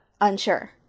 Unsure